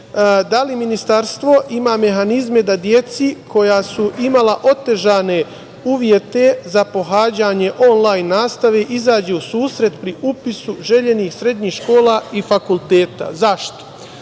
da li ministarstvo ima mehanizme da deci koja su imala otežane uvjete za pohađanje onlajn nastave izađu u susret pri upisu željenih srednjih škola i fakulteta? Zašto? Znači,